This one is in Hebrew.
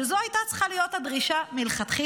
זו הייתה צריכה להיות הדרישה מלכתחילה,